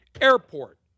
airport